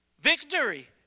Victory